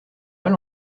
mal